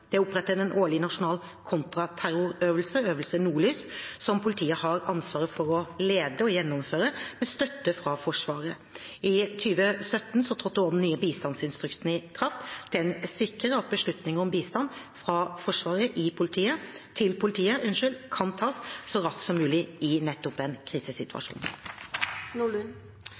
Det er opprettet en årlig nasjonal kontraterrorøvelse, Øvelse Nordlys, som politiet har ansvaret for å lede og gjennomføre med støtte fra Forsvaret. I 2017 trådte den nye bistandsinstruksen i kraft. Den sikrer at beslutninger om bistand fra Forsvaret til politiet kan tas så raskt som mulig i en krisesituasjon.